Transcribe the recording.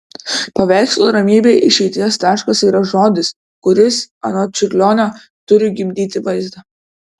paveikslo ramybė išeities taškas yra žodis kuris anot čiurlionio turi gimdyti vaizdą